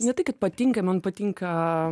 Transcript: ne tai kad patinka man patinka